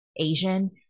asian